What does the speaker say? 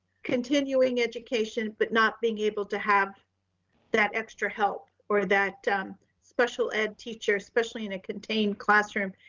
continuing education, but not being able to have that extra help or that special ed teacher, especially in a contained classroom.